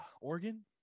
Oregon